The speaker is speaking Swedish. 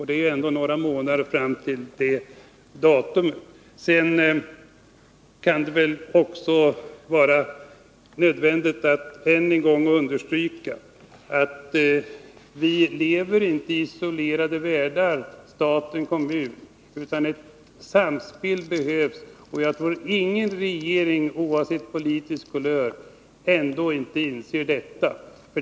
Det är ändå några månader kvar till det aktuella datumet. Det kan också vara nödvändigt att än en gång understryka att stat och kommun inte existerar i skilda världar, utan det behövs ett samspel. Jag tror ingen regering, oavsett politisk kulör, inte inser detta.